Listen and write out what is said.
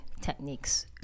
techniques